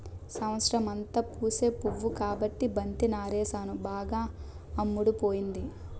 సంవత్సరమంతా పూసే పువ్వు కాబట్టి బంతి నారేసాను బాగా అమ్ముడుపోతుంది